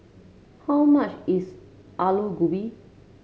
how much is Alu Gobi